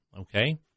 Okay